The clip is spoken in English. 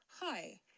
hi